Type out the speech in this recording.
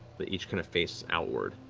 they each kind of face outward.